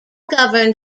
governed